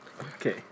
Okay